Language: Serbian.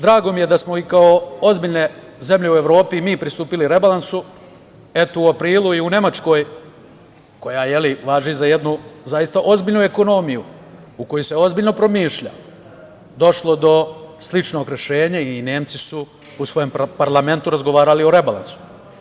Drago mi je da smo, kao i ozbiljne zemlje u Evropi, i mi pristupili rebalansu, eto u aprilu i u Nemačkoj, koja važi za jednu zaista ozbiljnu ekonomiju, u kojoj se ozbiljno promišlja, došlo do sličnog rešenja i Nemci su u svojem parlamentu razgovarali o rebalansu.